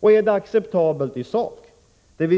Och är det acceptabelt i sak — hade